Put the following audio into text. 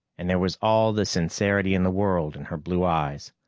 and there was all the sincerity in the world in her blue eyes.